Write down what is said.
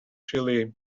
chilly